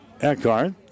Eckhart